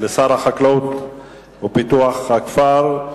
לשר החקלאות ופיתוח הכפר.